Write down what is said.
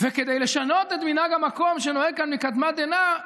וכדי לשנות את מנהג המקום שנוהג כאן מקדמת דנא,